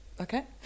okay